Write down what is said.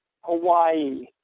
Hawaii